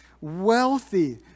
wealthy